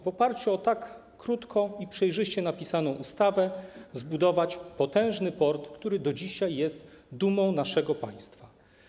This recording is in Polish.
W oparciu o tak krótko i przejrzyście napisaną ustawę można było zbudować potężny port, który do dzisiaj jest dumą naszego państwa.